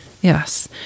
Yes